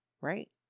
right